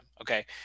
okay